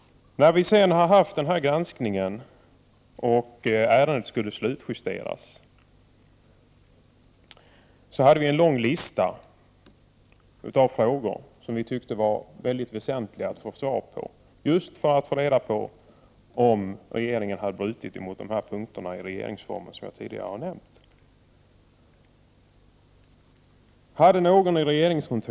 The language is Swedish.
När granskningen var gjord och ärendet skulle slutjusteras hade vi en lång lista på frågor som vi tyckte att det var mycket väsentligt att få svar på, just för att få reda på om regeringen hade brutit mot de punkter i regeringsformen som jag tidigare har nämnt.